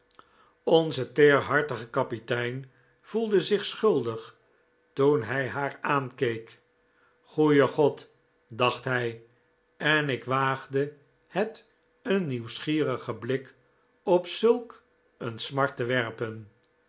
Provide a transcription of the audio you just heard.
onze teerhartige kapitein voelde zich schuldig toen hij haar aankeek goeie god dacht hij en ik waagde het een nieuwsgierigen blik op zulk een smart te werpen